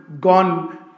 gone